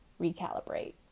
recalibrate